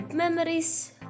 Memories